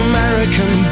American